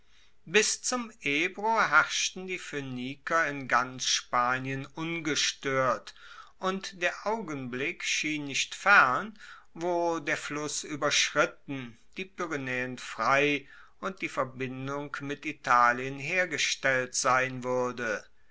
bis zum ebro herrschten die phoeniker in ganz spanien ungestoert und der augenblick schien nicht fern wo der fluss ueberschritten die pyrenaeen frei und die verbindung mit italien hergestellt sein wuerde